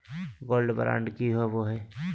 Gold bond की होबो है?